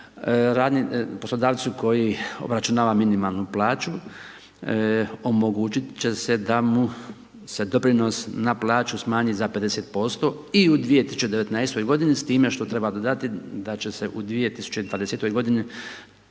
poslodavcu koji obračunava minimalnu plaću, omogućiti će se da mu se doprinos na plaću smanji za 50% i u 2019. g. s time što treba dodati da će se u 2040. g.